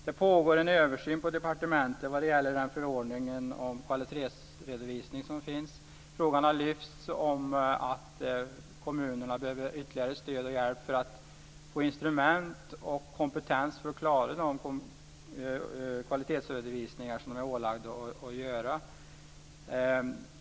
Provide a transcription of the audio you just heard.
Det pågår en översyn på departementet vad gäller den förordning om kvalitetsredovisning som finns. Frågan har lyfts om att kommunerna behöver ytterligare stöd och hjälp för att få instrument och kompetens för att klara de kvalitetsredovisningar som de är ålagda att göra.